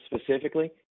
specifically